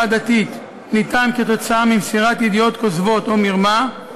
דתית ניתן כתוצאה ממסירת ידיעות כוזבות או מרמה,